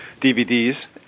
DVDs